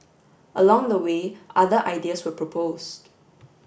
along the way other ideas were proposed